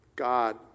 God